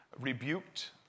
rebuked